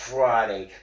Friday